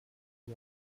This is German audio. new